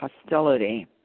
hostility